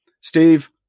Steve